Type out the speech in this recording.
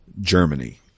Germany